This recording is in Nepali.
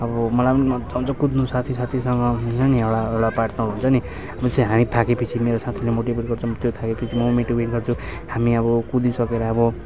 अब मलाई पनि मज्जा आउँछ कुद्नु साथी साथीसँग हुन्छ नि एउटा एउटा पार्टनर हुन्छ नि म चाहिँ हामी थाकेपछि मेरो साथीले मोटिभेट गर्छ त्यो थाकेपछि म मेटिभेट गर्छु हामी अब कुदिसकेर अब